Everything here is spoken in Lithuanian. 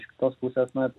iš kitos pusės na